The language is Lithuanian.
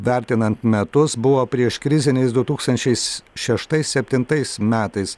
vertinant metus buvo prieškriziniais du tūkstančiais šeštais septintais metais